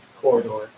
corridor